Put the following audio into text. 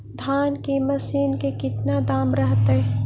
धान की मशीन के कितना दाम रहतय?